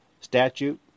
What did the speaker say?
statute